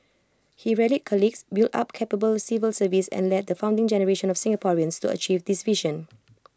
he rallied colleagues built up A capable civil service and led the founding generation of Singaporeans to achieve this vision